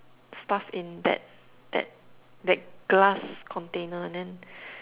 stuff in that that that glass container and then